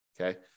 okay